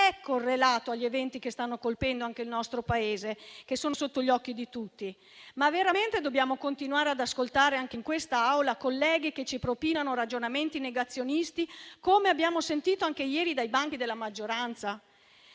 correlato agli eventi che stanno colpendo anche il nostro Paese, che sono sotto gli occhi di tutti. Ma veramente dobbiamo continuare ad ascoltare, anche in quest'Aula, colleghi che ci propinano ragionamenti negazionisti, come abbiamo sentito anche ieri dai banchi della maggioranza?